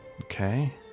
Okay